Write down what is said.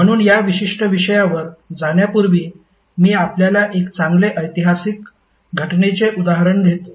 म्हणून या विशिष्ट विषयावर जाण्यापूर्वी मी आपल्याला एक चांगले ऐतिहासिक घटनेचे उदाहरण देतो